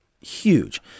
huge